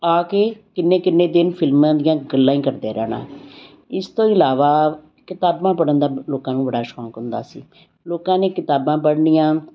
ਆ ਕੇ ਕਿੰਨੇ ਕਿੰਨੇ ਦਿਨ ਫਿਲਮਾਂ ਦੀਆਂ ਗੱਲਾਂ ਹੀ ਕਰਦੇ ਰਹਿਣਾ ਇਸ ਤੋਂ ਇਲਾਵਾ ਕਿਤਾਬਾਂ ਪੜ੍ਹਨ ਦਾ ਲੋਕਾਂ ਨੂੰ ਬੜਾ ਸ਼ੌਕ ਹੁੰਦਾ ਸੀ ਲੋਕਾਂ ਨੇ ਕਿਤਾਬਾਂ ਪੜ੍ਹਨੀਆਂ